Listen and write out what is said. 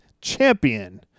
champion